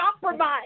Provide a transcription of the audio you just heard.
compromise